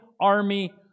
army